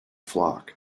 flock